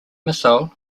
missile